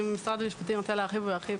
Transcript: אם משרד המשפטים ירצה להרחיב הוא ירחיב.